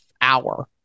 hour